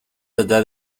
allá